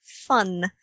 fun